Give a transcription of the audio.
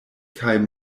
kaj